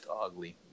ugly